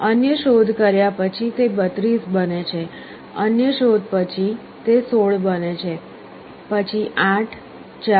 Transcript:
અન્ય શોધ કર્યા પછી તે 32 બને છે અન્ય શોધ પછી તે 16 બને છે પછી 8 4 2 અને 1